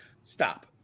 stop